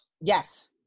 Yes